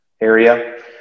area